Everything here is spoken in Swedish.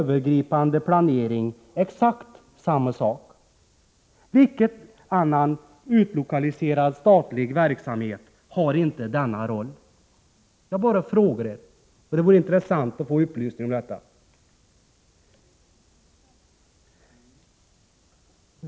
Vilken annan utlokaliserad statlig verksamhet har inte denna roll? Jag bara frågar, och det vore intressant att få upplysning om detta. 3.